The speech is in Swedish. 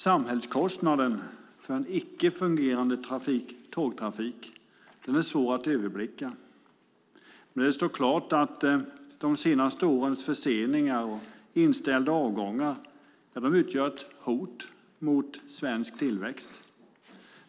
Samhällskostnaden för en icke fungerande tågtrafik är svår att överblicka. Men det står klart att de senaste årens förseningar och inställda avgångar utgör ett hot mot svensk tillväxt.